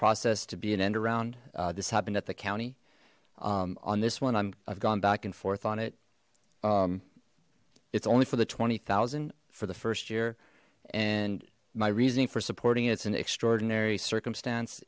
process to be an end around this happened at the county on this one i've gone back and forth on it it's only for the twenty thousand for the first year and my reasoning for supporting it's an extraordinary circumstance